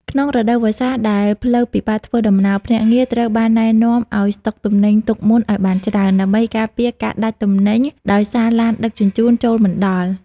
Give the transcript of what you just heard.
ក្នុងរដូវវស្សាដែលផ្លូវពិបាកធ្វើដំណើរ ភ្នាក់ងារត្រូវបានណែនាំឱ្យ "ស្តុកទំនិញទុកមុនឱ្យបានច្រើន" ដើម្បីការពារការដាច់ទំនិញដោយសារឡានដឹកជញ្ជូនចូលមិនដល់។